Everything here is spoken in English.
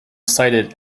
cited